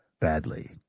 badly